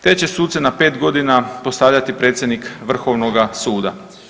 Te će se sudce na 5 godina postavljati predsjednik Vrhovnoga suda.